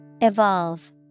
Evolve